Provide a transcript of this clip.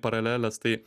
paraleles tai